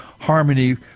harmony